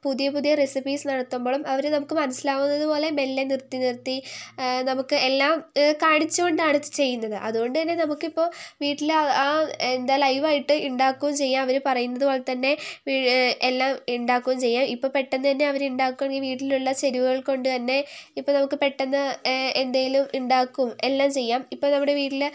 പുതിയ പുതിയ റെസിപ്പീസ് നടത്തുമ്പോഴും അവർ നമുക്ക് മനസ്സിലാകുന്നത് പോലെ മെല്ലെ നിർത്തി നിർത്തി നമുക്ക് എല്ലാം കാണിച്ചു കൊണ്ടാണ് ഇത് ചെയ്യുന്നത് അതുകൊണ്ട് തന്നെ നമുക്ക് ഇപ്പോൾ വീട്ടിൽ എന്താ ലൈവായിട്ട് ഉണ്ടാക്കുകയും ചെയ്യാം അവർ പറയുന്നത് പോലെത്തന്നെ എല്ലാം ഉണ്ടാക്കുകയും ചെയ്യാം ഇപ്പോൾ പെട്ടെന്ന് തന്നെ അവർ ഉണ്ടാക്കുകയാണെങ്കിൽ വീട്ടിലുള്ള ചെരുവകൾ കൊണ്ട് തന്നെ ഇപ്പോൾ നമുക്ക് പെട്ടെന്ന് എന്തെങ്കിലും ഉണ്ടാക്കുകയും എല്ലാം ചെയ്യാം ഇപ്പോൾ നമ്മുടെ വീട്ടിൽ